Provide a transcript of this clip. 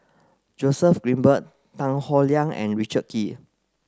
Joseph Grimberg Tan Howe Liang and Richard Kee